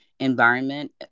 Environment